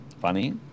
Funny